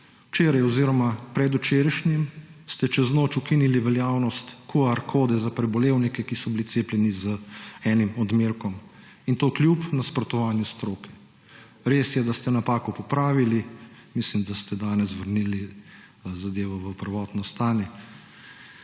Včeraj oziroma predvčerajšnjim ste čez noč ukinili veljavnost QR kode za prebolevnike, ki so bil cepljeni z enim odmerkom, in to kljub nasprotovanju stroke. Res je, da ste napako popravili, mislim, da ste danes vrnili zadevo v prvotno stanje.